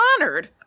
honored